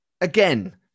Again